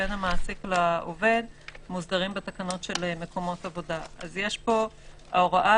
יש פה גם נציג המשטרה.